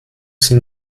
sie